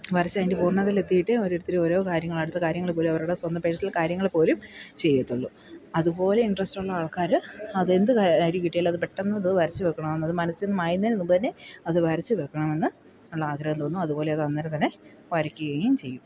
വരച്ച് അതിൻ്റെ പൂർണ്ണതയിൽ എത്തിയിട്ടേ ഓരോരുത്തർ ഓരോ കാര്യങ്ങൾ അടുത്ത കാര്യങ്ങൾ പോലും അവരുടെ സ്വന്തം പേഴ്സണൽ കാര്യങ്ങൾ പോലും ചെയ്യത്തുള്ളു അതുപോലെ ഇൻട്രസ്റ്റുള്ള ആൾക്കാർ അതെന്തുകാര്യം കിട്ടിയാലും അത് പെട്ടന്നത് വരച്ചു വെക്കണമെന്നത് മനസ്സിൽ നിന്ന് മായുന്നതിനു മുമ്പുതന്നെ അത് വരച്ചു വെക്കണമെന്ന് ഉള്ള ആഗ്രഹം തോന്നും അതുപോലെ അത് അന്നേരം തന്നെ വരയ്ക്കുകയും ചെയ്യും